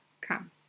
come